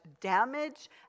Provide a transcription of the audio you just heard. damage